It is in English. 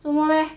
做么 leh